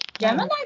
Gemini